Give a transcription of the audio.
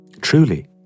Truly